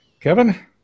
Kevin